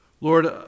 Lord